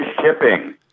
shipping